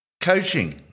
Coaching